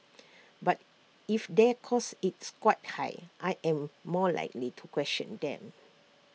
but if the cost its quite high I am more likely to question them